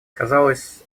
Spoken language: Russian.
казалось